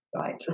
Right